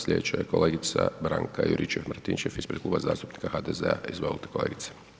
Slijedeća je kolegica Branka Juričev-Martinčev ispred Kluba zastupnika HDZ-a, izvolte kolegice.